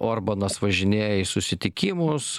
orbanas važinėja į susitikimus